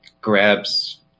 grabs